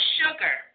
sugar